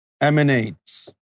emanates